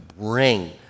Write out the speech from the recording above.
bring